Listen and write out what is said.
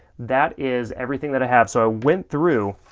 that is everything that i have. so went through